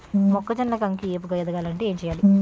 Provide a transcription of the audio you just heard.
మొక్కజొన్న కంకి ఏపుగ ఎదగాలి అంటే ఏంటి చేయాలి?